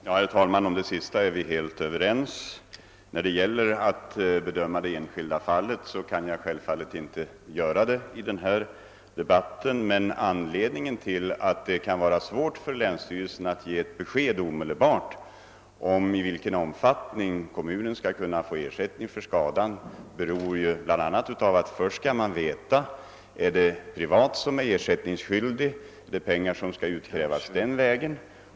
Herr talman! Om det sista är vi helt överens. Jag kan självfallet inte i den här debatten uttala mig om det enskilda fallet, men att det kan vara svårt för länsstyrelsen att omedelbart ge besked om i vilken omfattning kommunen kan få ersättning för skadan beror bl.a. på att man först måste veta, om någon privat part är ersättningsskyldig och pengarna kan utkrävas den vägen.